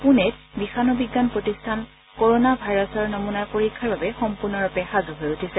পূনেত বিষাণুবিজ্ঞান প্ৰতিষ্ঠান কোৰোনা ভাইৰাছৰ নমুনাৰ পৰীক্ষাৰ বাবে সম্পূৰ্ণৰূপে সাজু হৈ উঠিছে